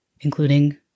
including